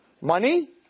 money